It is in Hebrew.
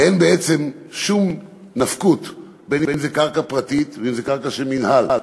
אין בעצם שום נפקות אם זה קרקע פרטית או אם זה קרקע מינהל,